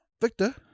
Victor